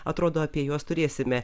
atrodo apie juos turėsime